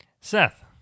Seth